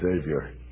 Savior